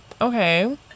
okay